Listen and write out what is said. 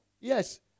Yes